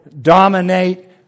dominate